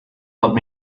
helped